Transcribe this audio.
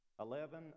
Eleven